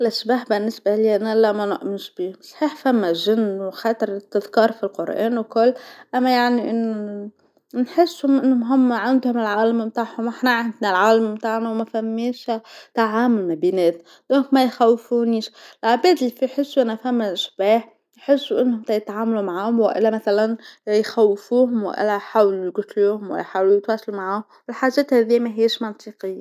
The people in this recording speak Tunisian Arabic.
الأشباح بالنسبة لي أنا لا ما نؤمنش بيهم، صحيح ثما جن وخاطر التذكار في القرآن وكل أما يعني أن نحسهم أنهم هما عندهم العالم بتاعهم احنا عندنا العالم بتاعنا وما ثمياش تعامل ما بينات دولاك ميخوفونيش، العباد لي فيحسو أن ثما أشباح يحسو أنهم تيتعاملو معاهم وإلا مثلا يخوفوهم ولا يحاولوا يقتلوهم ولا يحاولوا يتواصلوا معاهم الحاجات هاذي ماهياش منطقية.